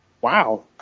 Wow